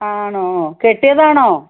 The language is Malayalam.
ആണോ കെട്ടിയതാണോ